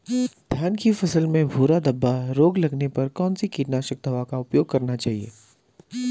धान की फसल में भूरा धब्बा रोग लगने पर कौन सी कीटनाशक दवा का उपयोग करना चाहिए?